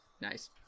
Nice